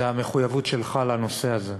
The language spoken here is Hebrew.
זו המחויבות שלך לנושא הזה,